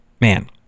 man